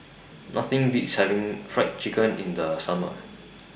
Nothing Beats having Fried Chicken in The Summer